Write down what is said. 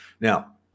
Now